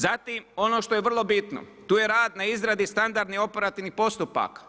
Zatim, ono što je vrlo bitno, tu je rad na izradi standardni operativni postupak.